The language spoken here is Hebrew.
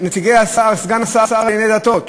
נציגי סגן השר לענייני דתות,